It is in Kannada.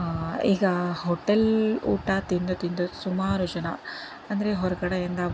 ಈಗ ಹೋಟೆಲ್ ಊಟ ತಿಂದು ತಿಂದು ಸುಮಾರು ಜನ ಅಂದರೆ ಹೊರಗಡೆಯಿಂದ